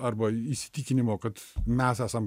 arba įsitikinimo kad mes esam